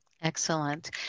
Excellent